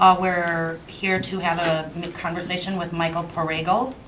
ah we're here to have a conversation with michael perrigo.